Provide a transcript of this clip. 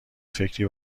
فکری